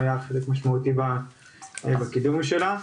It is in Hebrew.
חבר הכנסת רם שפע היה חלק משמעותי בקידום של החלטה זו.